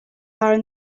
are